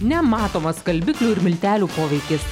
nematomas skalbiklių ir miltelių poveikis